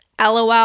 LOL